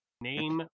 Name